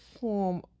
form